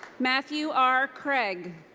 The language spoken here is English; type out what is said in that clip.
matthew r. craig.